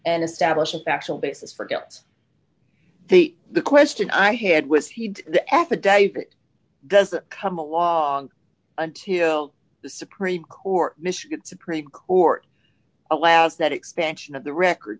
and establish a factual basis for gets the the question i had was he had the affidavit doesn't come along until the supreme court michigan supreme court allows that expansion of the record